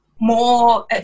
more